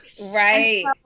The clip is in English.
Right